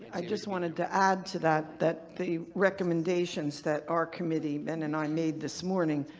i just wanted to add to that that the recommendations that our committee, ben and i made this morning,